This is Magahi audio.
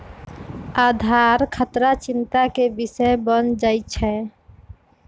आधार खतरा चिंता के विषय बन जाइ छै